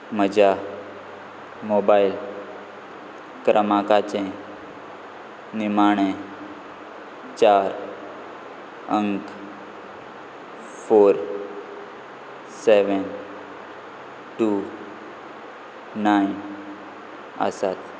म्हज्या मोबायल क्रमांकाचे निमाणे चार अंक फोर सॅवॅन टू नायन आसात